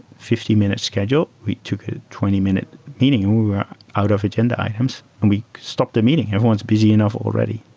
fifty minute schedule. we took a twenty minute meeting and we were out of agenda items and we stopped the meeting. everyone's busy enough already.